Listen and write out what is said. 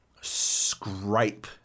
scrape